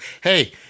Hey